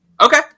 Okay